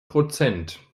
prozent